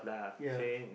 ya